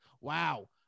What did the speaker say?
wow